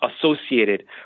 associated